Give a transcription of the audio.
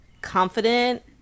confident